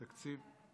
תקציב?